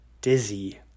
dizzy